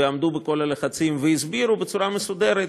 ועמדו בכל הלחצים והסבירו בצורה מסודרת,